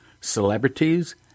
celebrities